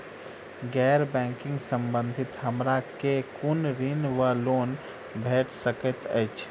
गैर बैंकिंग संबंधित हमरा केँ कुन ऋण वा लोन भेट सकैत अछि?